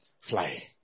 Fly